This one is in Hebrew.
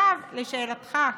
עכשיו לשאלתך,